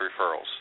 referrals